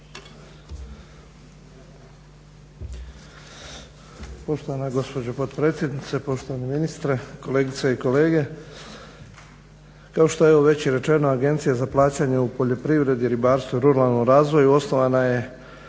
Poštovana gospođo potpredsjednice, poštovani ministre, kolegice i kolege. Kao što je evo već i rečeno Agencija za plaćanje u poljoprivredi, ribarstvu i ruralnom razvoju osnovana je